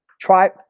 Try